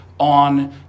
On